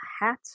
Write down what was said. hat